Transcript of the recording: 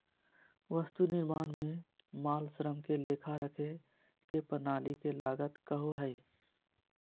वस्तु निर्माण में माल, श्रम के लेखा रखे के प्रणाली के लागत कहो हइ